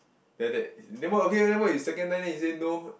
then after that then why okay leh why you second time then you say no